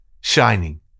shining